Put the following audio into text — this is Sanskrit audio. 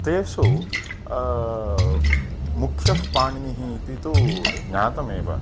तेषु मुख्यःपाणिनिः इति तु ज्ञातमेव